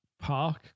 park